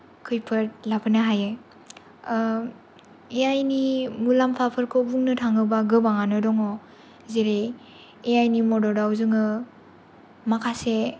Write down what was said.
खैफोद लाबोनो हायो ए आइ नि मुलाम्फाफोरखौ बुंनो थाङोब्ला गोबांआनो दङ जेरै ए आइ नि मदाव जोङो माखासे